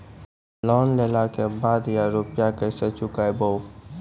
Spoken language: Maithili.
लोन लेला के बाद या रुपिया केसे चुकायाबो?